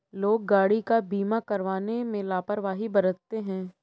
लोग गाड़ी का बीमा करवाने में लापरवाही बरतते हैं